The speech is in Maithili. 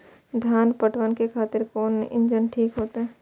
धान पटवन के खातिर कोन इंजन ठीक होते?